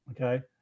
okay